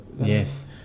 Yes